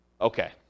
okay